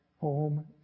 home